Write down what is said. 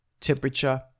temperature